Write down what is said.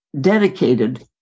dedicated